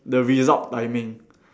the result timing